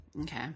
Okay